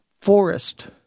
forest